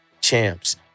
Champs